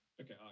Okay